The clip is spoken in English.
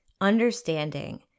understanding